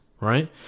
right